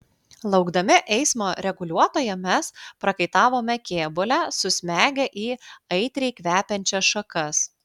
laukdami eismo reguliuotojo mes prakaitavome kėbule susmegę į aitriai kvepiančias šakas